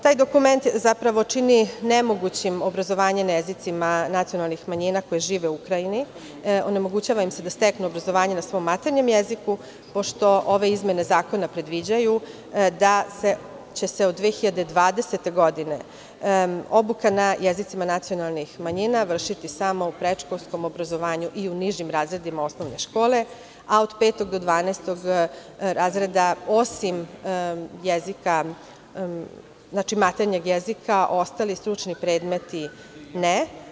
Taj dokument zapravo čini nemogućim obrazovanje na jezicima nacionalnih manjina koji žive u Ukrajini, onemogućava im se da steknu obrazovanje na maternjem jeziku, pošto ove izmene zakona predviđaju da će se od 2020. godine, obuka na jezicima nacionalnih manjina vršiti samo u predškolskom obrazovanju i u nižim razredima osnovne škole, a od petog do 12-og razreda, osim maternjeg jezika ostali stručni predmeti ne.